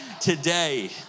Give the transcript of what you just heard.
today